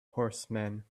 horsemen